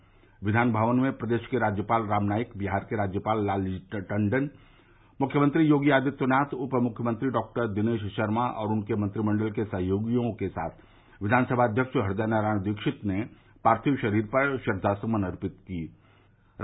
Quinn भवन में प्रदेश के राज्यपाल राम नाईक बिहार के राज्यपाल लालजी टण्डन मुख्यमंत्री योगी आदित्यनाथ उपमुख्यमंत्री डॉक्टर दिनेश शर्मा और उनके मंत्रिमंडल के सहयोगियों के साथ विधानसभा अध्यक्ष हृदय नारायण दीक्षित ने पार्थिव शरीर पर श्रद्वासुमन अर्पित कर श्रद्दांजलि दी